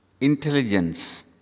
Intelligence